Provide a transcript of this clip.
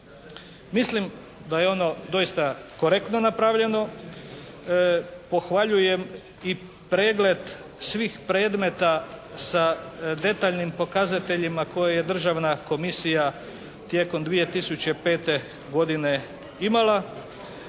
mislim da je ono doista korektno napravljeno. Pohvaljujem i pregled svih predmeta sa detaljnim pokazateljima koje je Državna komisija tijekom 2005. godine imala.